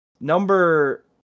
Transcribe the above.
number